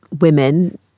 women